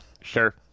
Sure